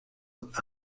out